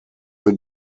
für